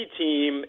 team